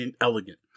elegant